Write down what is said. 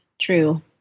true